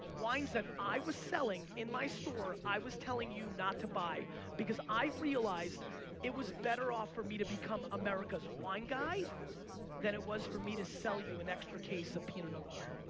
wines that i was selling in my store i was telling you not to buy because i realized it was better off for me to become america's wine guy then it was for me to sell you an extra case of pinot noir.